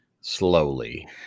slowly